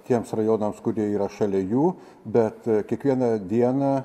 tiems rajonams kurie yra šalia jų bet kiekvieną dieną